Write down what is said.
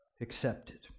accepted